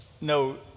No